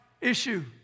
issue